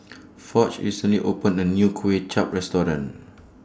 Foch recently opened A New Kuay Chap Restaurant